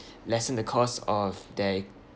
lessen the cost of their